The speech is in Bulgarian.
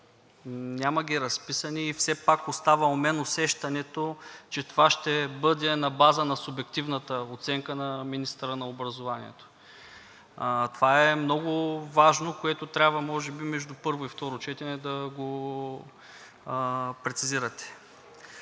няма ги разписани и все пак остава у мен усещането, че това ще бъде на база на субективната оценка на министъра на образованието. Това е много важно, което трябва може би между първо и второ четене да прецизирате.